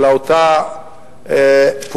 אלא אותה פעולה,